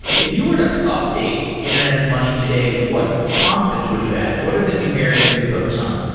if you were to update internet of money today, what concepts would you add? what are the new areas you would focus on?